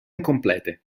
incomplete